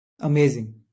Amazing